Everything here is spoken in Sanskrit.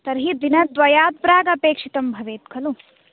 तर्हि दिनद्वयात् प्राक् अपेक्षितं भवेत् खलु